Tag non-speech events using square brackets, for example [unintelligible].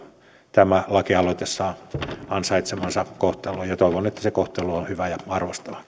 tämä lakialoite saa ansaitsemansa kohtelun ja toivon että se kohtelu on hyvä ja arvostava [unintelligible]